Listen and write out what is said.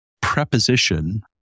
preposition